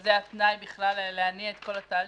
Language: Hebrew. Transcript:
שזה התנאי בכלל להניע את כל התהליך,